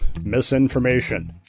misinformation